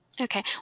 Okay